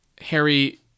Harry